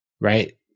right